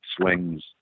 swings